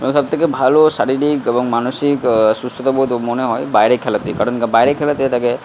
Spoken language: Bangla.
সবথেকে ভালো শারীরিক এবং মানসিক সুস্থতা বোধও মনে হয় বাইরের খেলাতেই কারণ বাইরের খেলাতে এটাকে